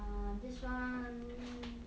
err this [one] um